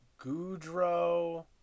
Goudreau